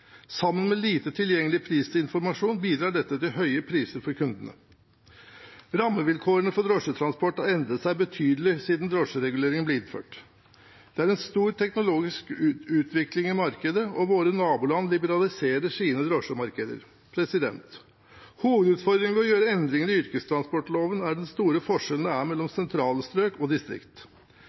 Sammen med lite tilgjengelig prisinformasjon bidrar dette til høye priser for kundene. Rammevilkårene for drosjetransport har endret seg betydelig siden drosjereguleringen ble innført. Det er en stor teknologisk utvikling i markedet, og våre naboland liberaliserer sine drosjemarkeder. Hovedutfordringen ved å gjøre endringer i yrkestransportloven er den store forskjellen det er mellom sentrale strøk og distrikt.